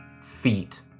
feet